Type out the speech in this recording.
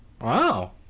wow